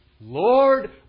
Lord